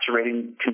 saturating